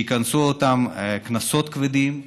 שיקנסו אותם קנסות כבדים,